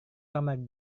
kamar